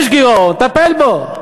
יש גירעון, טפל בו,